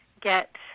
get